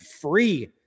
free